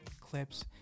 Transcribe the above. clips